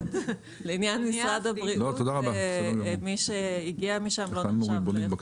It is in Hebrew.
תפורסם ההכרזה ברשומות בסמוך לאחר מכן ותיכנס לתוקף במועד